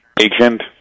agent